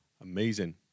Amazing